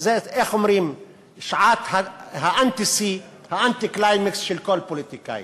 זו שעת האנטי-שיא, ה-anti-climax של כל פוליטיקאי.